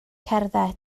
cerdded